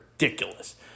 Ridiculous